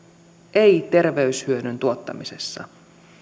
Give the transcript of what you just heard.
ei terveyshyödyn tuottamisessa